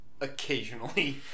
Occasionally